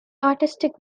artistic